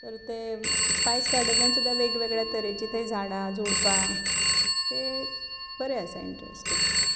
तर ते स्पायस गार्डनांत सुद्दां वेगळ्यावेगळ्या तरेचे झाडां झोंपां तें बरें आसा इन्ट्रस्टींग